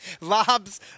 Lobs